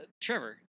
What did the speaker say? Trevor